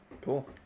cool